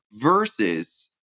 versus